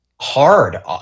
hard